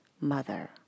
mother